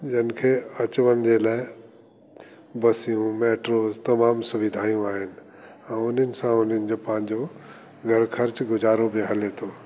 जिन खे अचण वञण जे लाइ बसियूं मेट्रो तमामु सुविधायूं आइन अऊं उन्हनि सां उन्हनि जो पांजो घर खर्च गुजारो बि हले तो